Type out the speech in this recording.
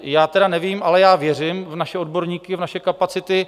Já tedy nevím, ale já věřím v naše odborníky, v naše kapacity.